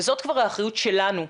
וזאת כבר האחריות שלנו,